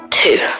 two